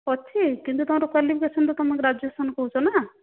ଅଛି କିନ୍ତୁ ତମର କ୍ବାଲିଫିକେସନ ତ ତୁମର ଗାଜୁଏସନ କହୁଛ ନା